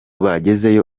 bagezeyo